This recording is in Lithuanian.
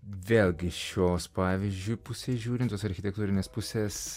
vėlgi šios pavyzdžiui pusės žiūrint tos architektūrinės pusės